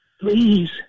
Please